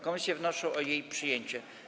Komisje wnoszą o jej przyjęcie.